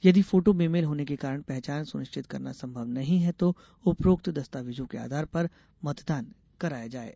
यदि फोटो बेमेल होने के कारण पहचान सुनिश्चित करना संभव नहीं है तो उपरोक्त दस्तावेजों के आधार पर मतदान कराया जाएगा